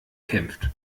kämpft